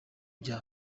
bya